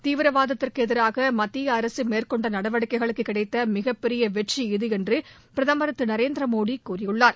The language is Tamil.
தீவிரவாதத்துக்கு எதிராக மத்திய அரசு மேற்கொண்ட நடவடிக்கைகளுக்கு கிடைத்த மிகப்பெரிய வெற்றி இது என்று பிரதமர் திரு நரேந்திரமோடி கூறியுள்ளார்